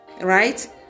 right